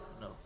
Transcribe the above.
No